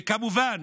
וכמובן